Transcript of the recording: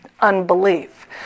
unbelief